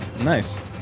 Nice